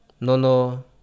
nono